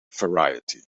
variety